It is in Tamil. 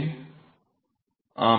மாணவர் ஆம்